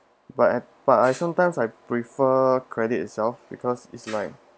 but I but I sometimes I prefer credit itself because it's like